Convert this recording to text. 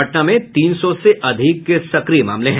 पटना में तीन सौ से अधिक सक्रिय मामले हैं